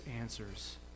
answers